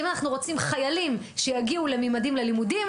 אם אנחנו רוצים חיילים שיגיעו לממדים ללימודים,